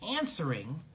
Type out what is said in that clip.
answering